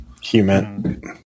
Human